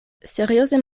serioze